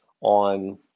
on